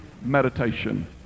meditation